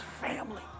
family